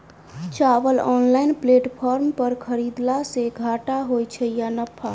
चावल online platform पर खरीदलासे घाटा होइ छै या नफा?